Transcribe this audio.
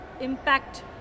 impact